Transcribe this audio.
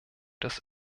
des